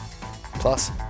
Plus